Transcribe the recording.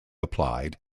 applied